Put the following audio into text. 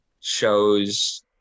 shows